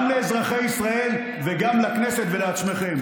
גם לאזרחי ישראל וגם לכנסת ולעצמכם.